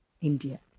India